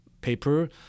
paper